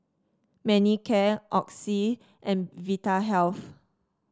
Manicare Oxy and Vitahealth